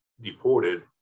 deported